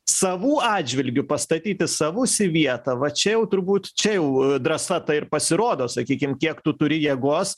savų atžvilgiu pastatyti savus į vietą va čia jau turbūt čia jau drąsa ta ir pasirodo sakykim kiek tu turi jėgos